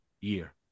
year